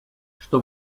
что